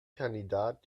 kandidat